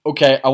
Okay